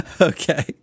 Okay